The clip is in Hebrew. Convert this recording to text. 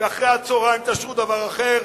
ואחר-הצהריים תאשרו דבר אחר,